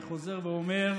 אני חוזר ואומר: